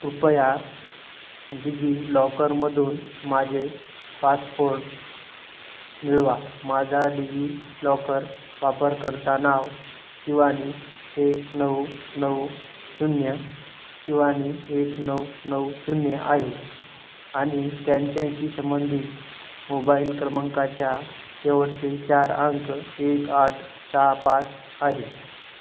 कृपया डिजिलॉकरमधून माझे पासपर्ड मिळवा माझा डिजि लॉकर वापरकर्ता नाव शिवानी एक नऊ नऊ शून्य शिवानी एक नऊ नऊ शून्य आहे आणि त्यांच्याशी संबंधित मोबाईल क्रमांकाच्या शेवटचे चार अंक एक आठ सहा पाच आहे